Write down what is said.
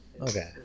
Okay